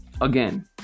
again